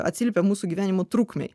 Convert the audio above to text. atsiliepia mūsų gyvenimo trukmei